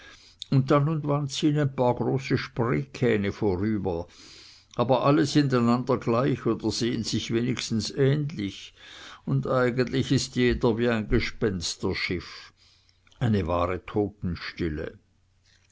und dann und wann ziehn ein paar große spreekähne vorüber aber alle sind einander gleich oder sehen sich wenigstens ähnlich und eigentlich ist jeder wie ein gespensterschiff eine wahre totenstille